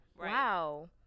wow